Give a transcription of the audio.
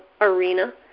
arena